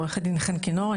עורכת דין חן כינור,